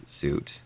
suit